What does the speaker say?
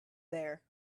there